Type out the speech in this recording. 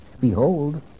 Behold